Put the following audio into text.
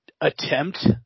attempt